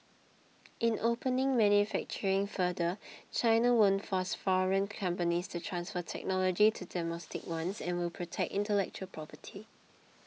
in opening manufacturing further China won't force foreign companies to transfer technology to domestic ones and will protect intellectual property